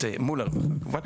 הדברים.